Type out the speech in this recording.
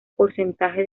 porcentaje